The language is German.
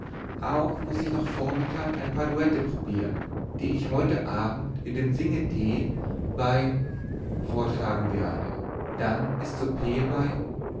auch muß ich noch vormittag ein paar duetts probieren die ich heute abend in dem singetee bei vortragen werde dann ist souper bei